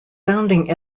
founding